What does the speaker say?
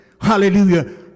Hallelujah